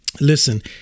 Listen